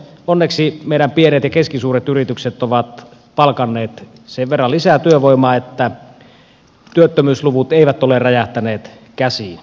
onneksi meidän pienet ja keskisuuret yritykset ovat palkanneet sen verran lisää työvoimaa että työttömyysluvut eivät ole räjähtäneet käsiin